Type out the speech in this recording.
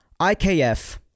IKF